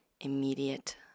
immediate